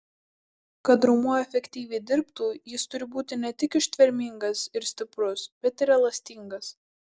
kad raumuo efektyviai dirbtų jis turi būti ne tik ištvermingas ir stiprus bet ir elastingas